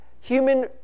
human